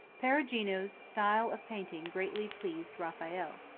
perugino's style of painting greatly pleased raphael.